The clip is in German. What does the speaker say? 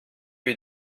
wir